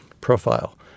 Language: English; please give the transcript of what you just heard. profile